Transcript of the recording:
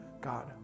God